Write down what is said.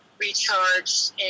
recharged